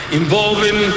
involving